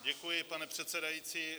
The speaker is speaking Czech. Děkuji, pane předsedající.